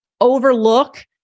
overlook